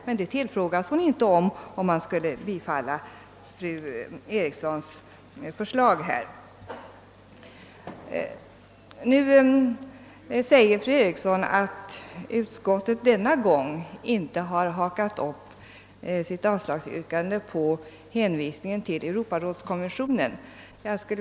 Men det tillfrågas hon inte om ifall man skulle bifalla fru Erikssons förslag. Nu säger fru Eriksson, att utskottet denna gång inte har hakat upp sitt avslagsyrkande med hänvisning till Europarådskonventionen.